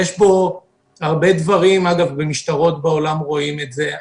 אגב, במשטרות בעולם רואים את זה.